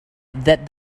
that